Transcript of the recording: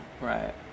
Right